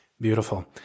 beautiful